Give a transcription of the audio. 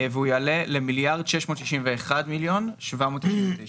והוא יעלה ל-1.661.799 מיליארד.